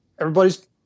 Everybody's